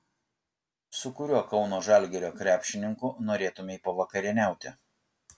su kuriuo kauno žalgirio krepšininku norėtumei pavakarieniauti